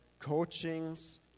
coachings